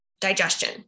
digestion